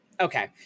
Okay